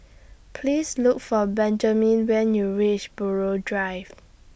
Please Look For Benjamin when YOU REACH Buroh Drive